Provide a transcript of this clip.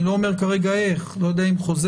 אני לא אומר כרגע איך לא יודע אם חוזר,